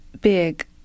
big